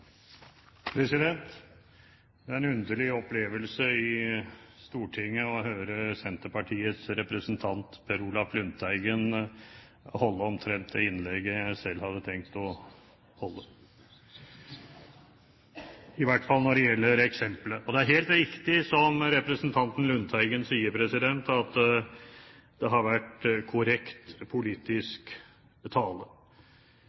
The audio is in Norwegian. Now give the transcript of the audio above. premissene. Det er en underlig opplevelse i Stortinget å høre Senterpartiets representant Per Olaf Lundteigen holde omtrent det innlegget jeg selv hadde tenkt å holde, i hvert fall når det gjelder eksempelet. Det er helt riktig, som representanten Lundteigen sier, at det har vært korrekt